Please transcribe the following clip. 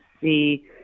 see